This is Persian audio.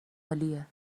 عالیه